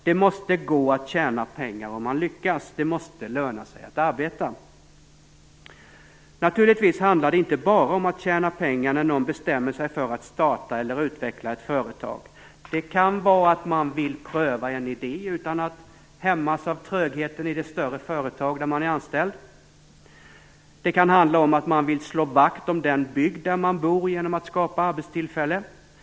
Det måste gå att tjäna pengar om man lyckas. Det måste löna sig att arbeta. Naturligtvis handlar det inte bara om att tjäna pengar när någon bestämmer sig för att starta eller utveckla ett företag. Det kan vara så att man vill pröva en idé utan att hämmas av trögheten i det större företag där man är anställd. Det kan handla om att man vill slå vakt om den bygd där man bor genom att skapa arbetstillfällen.